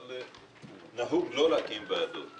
אבל נהוג לא להקים ועדות